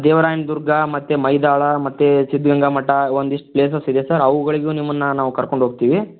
ದೇವರಾಯನದುರ್ಗ ಮತ್ತು ಮೈದಾಳ ಮತ್ತು ಸಿದ್ದಗಂಗಾ ಮಠ ಒಂದಿಷ್ಟು ಪ್ಲೇಸಸ್ಸಿದೆ ಸರ್ ಅವುಗಳಿಗೂ ನಿಮ್ಮನ್ನು ನಾವು ಕರ್ಕೊಂಡೋಗ್ತೀವಿ